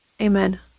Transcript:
Amen